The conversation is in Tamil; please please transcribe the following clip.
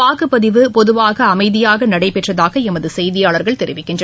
வாக்குப்பதிவு பொதுவாக அமைதியாக நடைபெற்றதாக எமது செய்தியாளர்கள் தெரிவிக்கின்றனர்